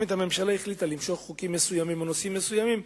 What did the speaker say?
באמת הממשלה החליטה למשוך חוקים מסוימים או נושאים מסוימים,